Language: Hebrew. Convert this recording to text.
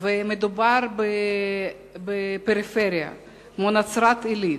ומדובר בפריפריה כמו נצרת-עילית,